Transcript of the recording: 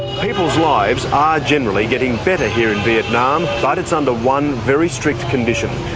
people's lives are generally getting better here in vietnam, but it's under one very strict condition,